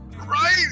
Right